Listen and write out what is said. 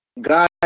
God